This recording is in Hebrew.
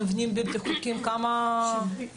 מבחינת מבנים בלתי חוקיים, כמה טופלו?